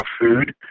food